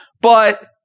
but-